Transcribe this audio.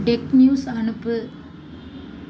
tech news அனுப்பு